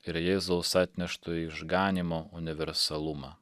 ir jėzaus atneštu išganymo universalumą